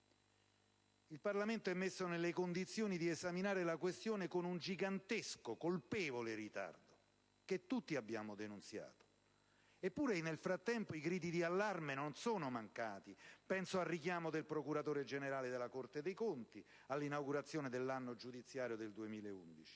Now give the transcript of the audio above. Il Parlamento è messo nelle condizioni di esaminare la questione con un gigantesco, colpevole, ritardo, che tutti abbiamo denunciato; eppure, nel frattempo, le grida di allarme non sono mancate: penso al richiamo del procuratore generale della Corte dei conti all'inaugurazione dell'anno giudiziario 2011;